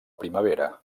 primavera